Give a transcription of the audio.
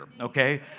okay